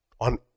on